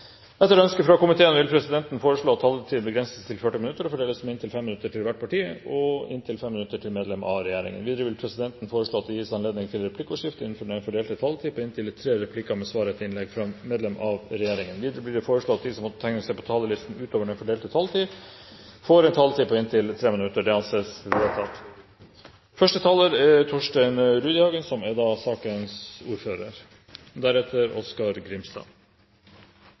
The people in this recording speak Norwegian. Etter ønske fra næringskomiteen vil presidenten foreslå at taletiden begrenses til 40 minutter og fordeles med inntil 5 minutter til hvert parti og inntil 5 minutter til medlem av regjeringen. Videre vil presidenten foreslå at det gis anledning til replikkordskifte på inntil tre replikker med svar etter innlegg fra medlem av regjeringen innenfor den fordelte taletid. Videre blir det foreslått at de som måtte tegne seg på talerlisten utover den fordelte taletid, får en taletid på inntil 3 minutter. – Dette anses vedtatt. Det er en samlet komité som står bak innstillingen om en ny lov om Eksportkreditt Norge AS, eksportkredittloven. Komiteen er